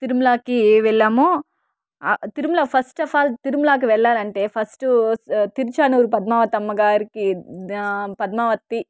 తిరుమలాకి వెళ్ళాము తిరుమల ఫస్టఫాల్ తిరుమలాకి వెళ్ళాలంటే ఫస్టు తిరుచానూరు పద్మావతమ్మ గారికి పద్మావతి